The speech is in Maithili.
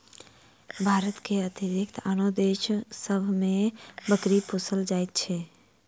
भारतक अतिरिक्त आनो देश सभ मे बकरी पोसल जाइत छै